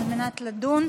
על מנת לדון.